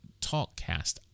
TalkCast